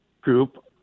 group